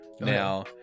Now